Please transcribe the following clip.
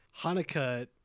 Hanukkah